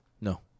no